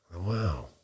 wow